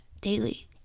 daily